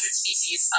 species